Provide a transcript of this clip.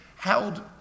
held